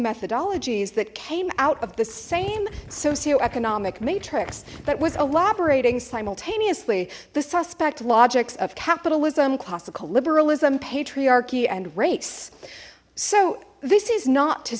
methodologies that came out of the same socio economic matrix that was elaborating simultaneously the suspect logics of capitalism classical liberalism patriarchy and race so this is not to